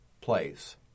place